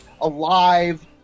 alive